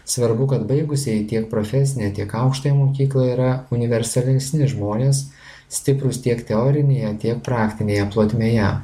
svarbu kad baigusieji tiek profesinę tiek aukštąją mokyklą yra universalesni žmonės stiprūs tiek teorinėje tiek praktinėje plotmėje